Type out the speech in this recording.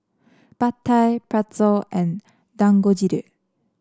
Pad Thai Pretzel and Dangojiru